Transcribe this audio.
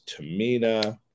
Tamina